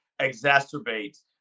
exacerbate